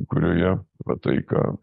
kurioje va tai ką